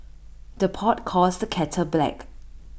the pot calls the kettle black